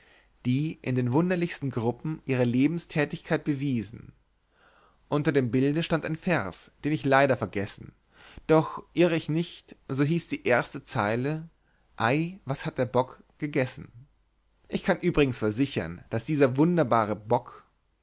die in den wunderlichsten gruppen ihre lebenstätigkeit bewiesen unter dem bilde stand ein vers den ich leider vergessen doch irr ich nicht so hieß die erste zeile ei was hat der bock gegessen ich kann übrigens versichern daß dieser wunderbare bock